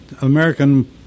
American